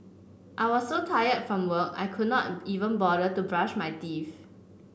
I was so tired from work I could not even bother to brush my teeth